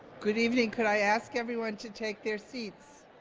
good evening. could i ask everyone to take their seats?